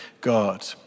God